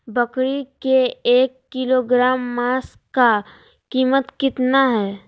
बकरी के एक किलोग्राम मांस का कीमत कितना है?